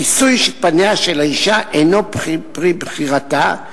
כיסוי פניה של האשה אינו פרי בחירתה,